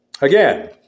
Again